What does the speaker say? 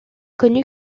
connue